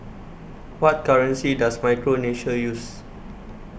What currency Does Micronesia use